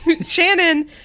Shannon